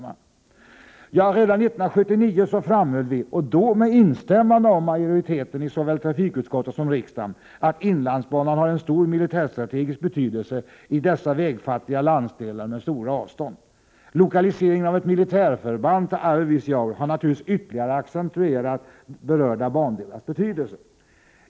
Redan 1979 framhöll vi — med instämmande från majoriteten i såväl trafikutskottet som i riksdagen — att inlandsbanan har en stor militärstrategisk betydelse i dessa vägfattiga landsdelar med stora avstånd. Lokaliseringen av ett militärförband till Arvidsjaur har naturligtvis ytterligare accentuerat berörda bandelars betydelse.